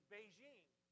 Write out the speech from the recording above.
Beijing